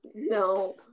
No